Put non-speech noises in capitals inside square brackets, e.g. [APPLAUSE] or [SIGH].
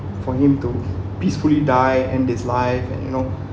for him to peacefully die end his life and you know [BREATH]